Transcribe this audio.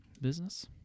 Business